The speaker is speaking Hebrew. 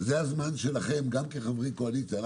זה הזמן שלכם גם כחברי קואליציה.